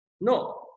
No